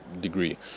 degree